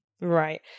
Right